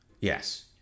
Yes